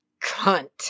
cunt